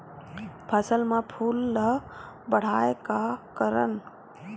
फसल म फूल ल बढ़ाय का करन?